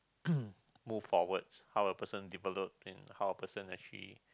move forward how a person develop in how a person actually